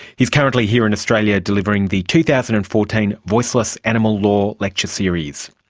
he's currently here in australia delivering the two thousand and fourteen voiceless animal law lecture series.